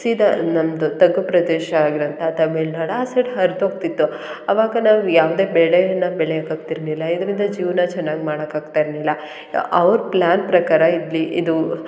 ಸೀದಾ ನಮ್ದು ತಗ್ಗು ಪ್ರದೇಶ ಆಗಿರುವಂಥ ತಮಿಳ್ನಾಡು ಆ ಸೈಡ್ ಹರ್ದು ಹೋಗ್ತಿತ್ತು ಆವಾಗ ನಾವು ಯಾವುದೇ ಬೆಳೆಯನ್ನು ಬೆಳಿಯಕ್ಕೆ ಆಗ್ತಿರಲಿಲ್ಲ ಇದರಿಂದ ಜೀವನ ಚೆನ್ನಾಗಿ ಮಾಡಕ್ಕೆ ಆಗ್ತಾ ಇರಲಿಲ್ಲ ಅವ್ರ ಪ್ಲ್ಯಾನ್ ಪ್ರಕಾರ ಇದ್ಲಿ ಇದು